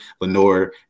Lenore